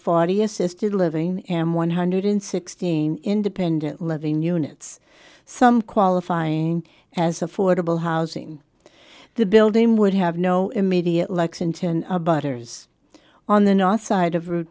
forty assisted living am one hundred sixteen independent living units some qualifying as affordable housing the building would have no immediate lexington arbiters on the north side of route